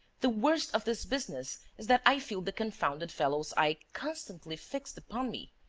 the worst of this business is that i feel the confounded fellow's eye constantly fixed upon me.